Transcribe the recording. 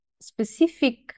specific